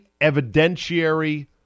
evidentiary